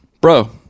bro